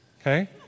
Okay